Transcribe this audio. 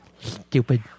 Stupid